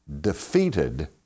defeated